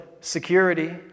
security